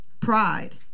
Pride